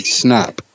snap